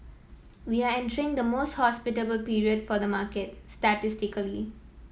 we are entering the most hospitable period for the market statistically